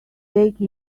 take